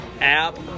app